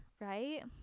right